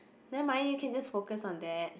never mind you can just focus on that